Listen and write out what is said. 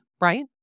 right